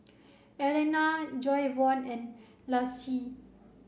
Allena Jayvon and Laci